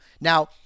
now